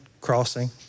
crossing